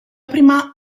prima